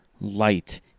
light